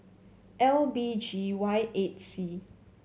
L B G Y eight C